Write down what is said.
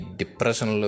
depression